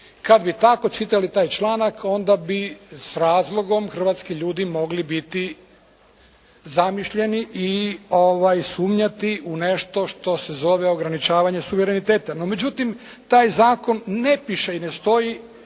Kada bi tko čitali taj članak onda bi s razlogom Hrvatski ljudi mogli biti zamišljeni i sumnjati u nešto što se zove ograničavanje suvereniteta. No međutim, taj zakon ne piše i ne stoji